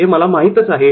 हे मला माहित आहे